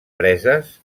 preses